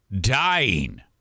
dying